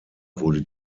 wurde